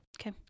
Okay